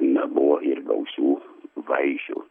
na buvo ir gausių vaišių